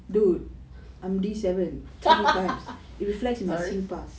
dude I am at D seven three times it reflects in my Singpass